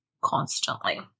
constantly